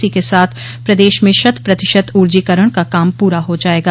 इसी के साथ प्रदेश में शत प्रतिशत ऊर्जीकरण का काम पूरा हो जायेगा